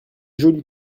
joli